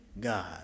god